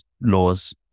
laws